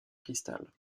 cristal